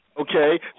Okay